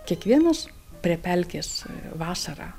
kiekvienas prie pelkės vasarą